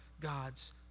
God's